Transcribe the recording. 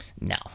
no